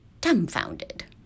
dumbfounded